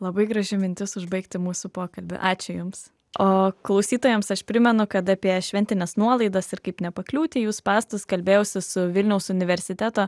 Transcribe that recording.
labai graži mintis užbaigti mūsų pokalbį ačiū jums o klausytojams aš primenu kad apie šventines nuolaidas ir kaip nepakliūti į jų spąstus kalbėjausi su vilniaus universiteto